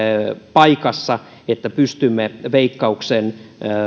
paikassa että pystymme veikkauksen